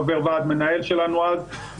חבר ועד מנהל שלנו אז.